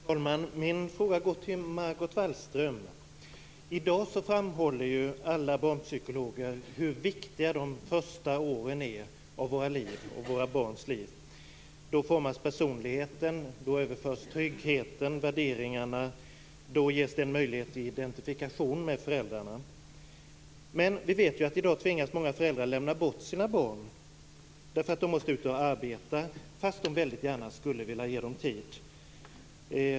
Fru talman! Min fråga går till Margot Wallström. I dag framhåller alla barnpsykologer hur viktiga de första åren av våra liv är. Då formas personligheten. Då överförs tryggheten och värderingarna och då ges en möjlighet till identifikation med föräldrarna. Vi vet att många föräldrar i dag tvingas lämna bort sina barn. De måste ut och arbeta trots att de mycket gärna skulle vilja ge barnen tid.